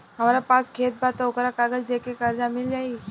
हमरा पास खेत बा त ओकर कागज दे के कर्जा मिल जाई?